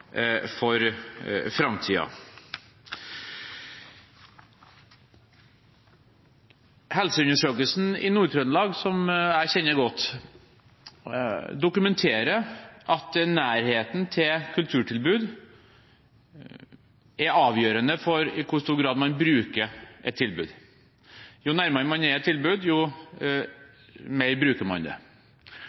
for framtiden. Helseundersøkelsen i Nord-Trøndelag, som jeg kjenner godt, dokumenterer at nærheten til kulturtilbud er avgjørende for i hvor stor grad man bruker et tilbud. Jo nærmere man er et tilbud, jo mer bruker man det.